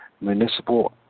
municipal